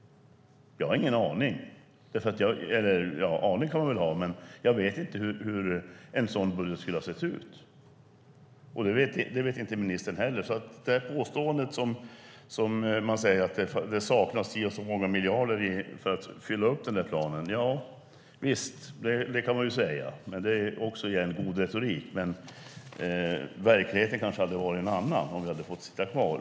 Jag har ingen aning. Ja, en aning kan man väl ha, men jag vet inte hur en sådan budget skulle ha sett ut, och det vet inte ministern heller. Visst kan man påstå att det saknas si eller så många miljarder för att fylla upp planen. Det är god retorik, men verkligheten kanske hade varit en annan om vi hade fått sitta kvar.